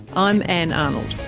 i'm ann arnold.